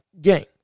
game